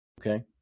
Okay